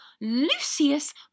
Lucius